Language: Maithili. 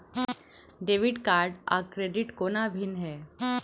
डेबिट कार्ड आ क्रेडिट कोना भिन्न है?